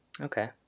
Okay